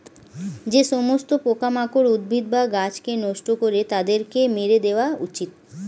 যে সমস্ত পোকামাকড় উদ্ভিদ বা গাছকে নষ্ট করে তাদেরকে মেরে দেওয়া উচিত